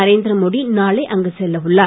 நரேந்திரமோடி நாளை அங்கு செல்ல உள்ளார்